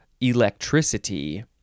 electricity